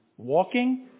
Walking